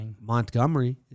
Montgomery